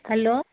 hello